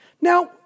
Now